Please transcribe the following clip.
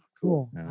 Cool